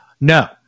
No